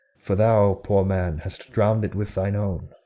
for thou, poor man, hast drown'd it with thine own.